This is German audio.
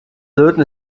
löten